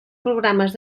programes